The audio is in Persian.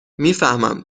میفهمم